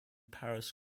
paris